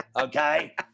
Okay